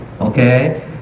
Okay